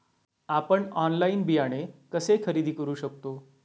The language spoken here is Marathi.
आपण ऑनलाइन बियाणे कसे खरेदी करू शकतो?